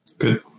good